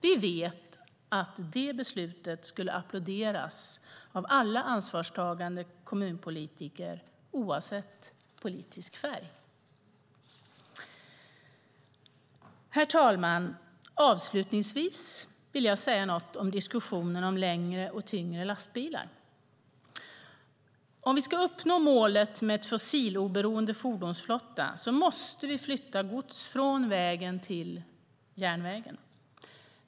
Vi vet att det beslutet skulle applåderas av alla ansvarstagande kommunpolitiker oavsett politisk färg. Herr talman! Avslutningsvis vill jag säga något om diskussionen om längre och tyngre lastbilar. Om vi ska uppnå målet om en fossiloberoende fordonsflotta måste vi flytta gods från vägen till järnvägen.